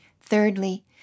Thirdly